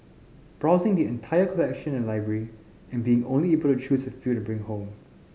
browsing the entire collection in the library and being only able to choose a few to bring home